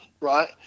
right